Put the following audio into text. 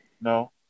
no